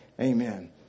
Amen